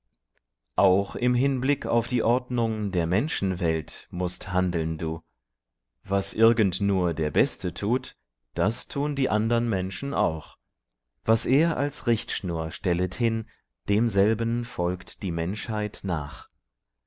auch im hinblick auf die ordnung der menschenwelt mußt handeln du was irgend nur der beste tut das tun die andern menschen auch was er als richtschnur stellet hin demselben folgt die menschheit nach